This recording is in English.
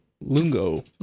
lungo